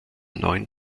neun